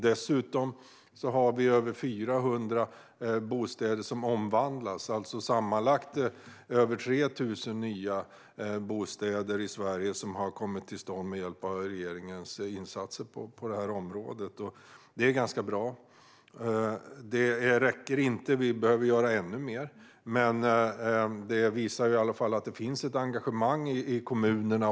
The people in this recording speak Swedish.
Dessutom är det över 400 bostäder som omvandlas. Detta innebär alltså sammanlagt över 3 000 nya bostäder i Sverige som har kommit till stånd med hjälp av regeringens insatser på det här området, och det är ganska bra. Det räcker dock inte. Vi behöver göra ännu mer. Men det visar i alla fall att det finns ett engagemang även i kommunerna.